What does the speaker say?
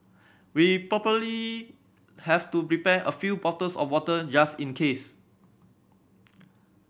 we probably have to prepare a few bottles of water just in case